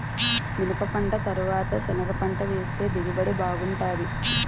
మిరపపంట తరవాత సెనగపంట వేస్తె దిగుబడి బాగుంటాది